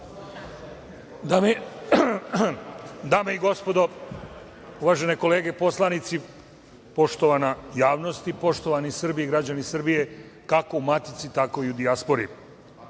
Dame i gospodo, uvažene kolege poslanici, poštovana javnosti, poštovani Srbi i građani Srbije, kako u matici, tako i u dijaspori. Postoje